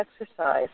exercise